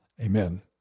Amen